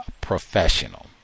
professional